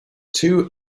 two